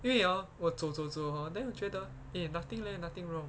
因为 orh 我走走走 hor then 我觉得 eh nothing leh nothing wrong